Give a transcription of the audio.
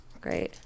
Great